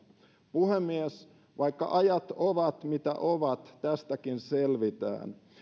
puhemies vaikka ajat ovat mitä ovat tästäkin selvitään